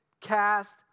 cast